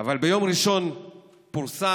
אבל ביום ראשון פורסם